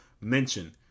mention